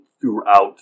throughout